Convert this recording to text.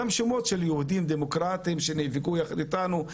גם שמות של יהודים דמוקרטים שנאבקו יחד איתנו.